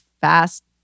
fast